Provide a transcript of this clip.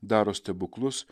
daro stebuklus